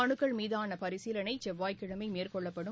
மனுக்கள் மீதானபரிசீலனைசெவ்வாய்கிழமைமேற்கொள்ளப்படும்